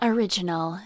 Original